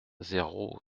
zéro